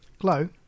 Glow